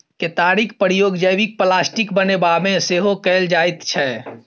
केतारीक प्रयोग जैबिक प्लास्टिक बनेबामे सेहो कएल जाइत छै